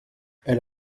elle